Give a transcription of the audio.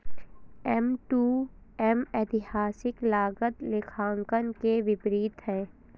M to M ऐतिहासिक लागत लेखांकन के विपरीत है